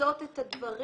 פורצות את הדברים